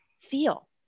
feel